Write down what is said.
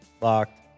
Locked